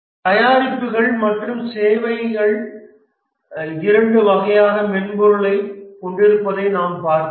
தயாரிப்புகள் மற்றும் சேவைகள் இரண்டு வகையான மென்பொருள்களைக் கொண்டிருப்பதைக் நாம் பார்த்தோம்